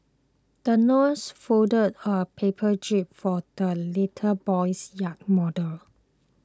the nurse folded a paper jib for the little boy's yacht model